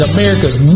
America's